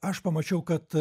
aš pamačiau kad